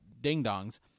ding-dongs